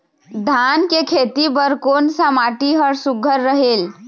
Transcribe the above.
धान के खेती बर कोन सा माटी हर सुघ्घर रहेल?